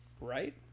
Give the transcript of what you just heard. right